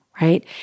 right